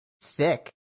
sick